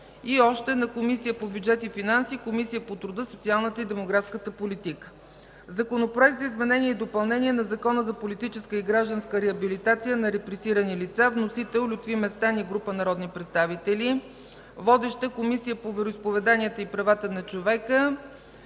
е и на Комисията по бюджет и финанси, Комисията по труда, социалната и демографската политика. Законопроект за изменение и допълнение на Закона за политическа и гражданска реабилитация на репресирани лица. Вносители – Лютви Местан и група народни представители. Водеща е Комисията по вероизповеданията и правата на човека.